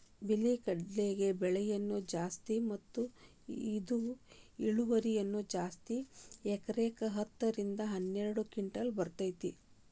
ಬಿಳಿ ಕಡ್ಲಿಗೆ ಬೆಲೆನೂ ಜಾಸ್ತಿ ಮತ್ತ ಇದ ಇಳುವರಿನೂ ಜಾಸ್ತಿ ಎಕರೆಕ ಹತ್ತ ರಿಂದ ಹನ್ನೆರಡು ಕಿಂಟಲ್ ಬರ್ತೈತಿ